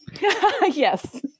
Yes